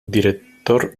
director